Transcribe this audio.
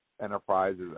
Enterprise's